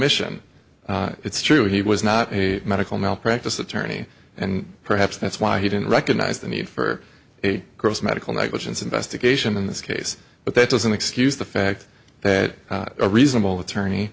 omission it's true he was not a medical malpractise attorney and perhaps that's why he didn't recognize the need for a gross medical negligence investigation in this case but that doesn't excuse the fact that a reasonable attorney